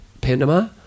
Panama